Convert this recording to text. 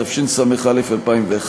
התשס"א 2001,